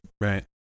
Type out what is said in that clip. Right